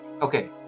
Okay